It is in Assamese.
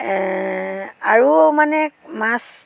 আৰু মানে মাছ